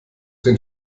den